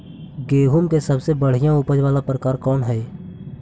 गेंहूम के सबसे बढ़िया उपज वाला प्रकार कौन हई?